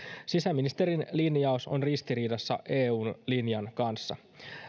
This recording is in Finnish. sisäministerin linjaus on ristiriidassa eu linjan kanssa